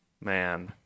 man